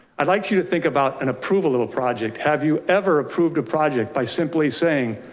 i'd like you to think about an approval of a project. have you ever approved a project by simply saying.